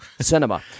Cinema